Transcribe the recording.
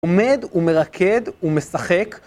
עומד ומרקד ומשחק.